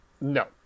No